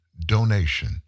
donation